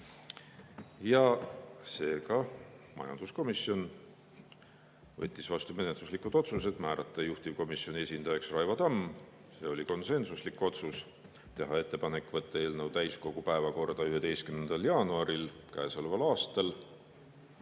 Seega majanduskomisjon võttis vastu menetluslikud otsused: määrata juhtivkomisjoni esindajaks Raivo Tamm – see oli konsensuslik otsus –, teha ettepanek võtta eelnõu täiskogu päevakorda 11. jaanuaril käesoleval aastal